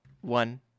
one